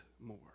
more